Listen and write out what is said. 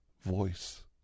voice